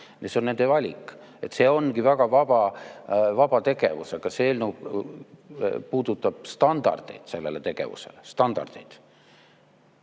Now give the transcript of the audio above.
See on nende valik, see ongi väga vaba tegevus. Aga see eelnõu puudutab standardeid sellele tegevusele, standardeid,